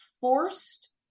forced